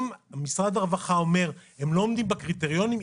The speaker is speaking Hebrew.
אם משרד הרווחה אומר שהם לא עומדים בקריטריונים.